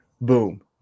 boom